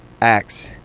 acts